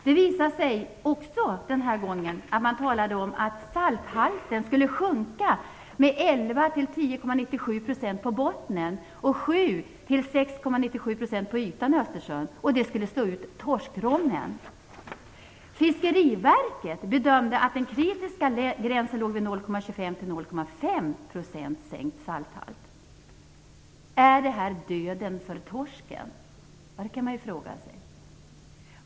Den här gången talade man också om att salthalten skulle sjunka med 11 - 10,97 % på bottnen och 7 - 6,97 % på ytan i Östersjön, och det skulle slå ut torskrommen. Fiskeriverket bedömde att den kritiska gränsen låg vid 0,25 - 0,5 % sänkt salthalt. Är det här döden för torsken? Det kan man fråga sig.